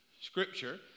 scripture